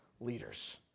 leaders